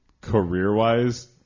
career-wise